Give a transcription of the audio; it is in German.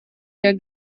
der